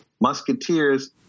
musketeers